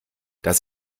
dass